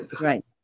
Right